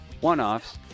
one-offs